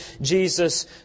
Jesus